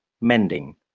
mending